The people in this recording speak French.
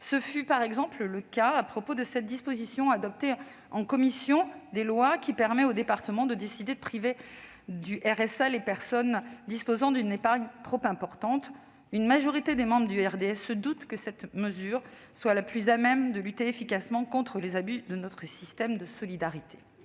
le cas, par exemple, de la disposition adoptée en commission des lois qui permet au département de décider de priver du RSA les personnes disposant d'une épargne trop importante. Une majorité des membres du RDSE doutent que cette mesure soit la plus à même de lutter efficacement contre les abus de notre système de solidarité.